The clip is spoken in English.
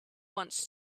wants